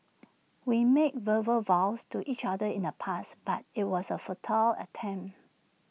we made verbal vows to each other in the past but IT was A futile attempt